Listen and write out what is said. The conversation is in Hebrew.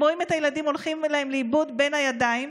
הם רואים את הילדים הולכים להם לאיבוד בין הידיים,